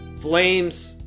Flames